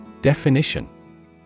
Definition